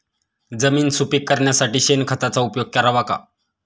जमीन सुपीक करण्यासाठी शेणखताचा उपयोग करावा का?